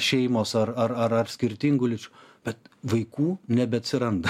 šeimos ar ar ar skirtingų lyčių bet vaikų nebeatsiranda